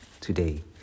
today